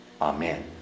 Amen